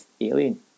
alien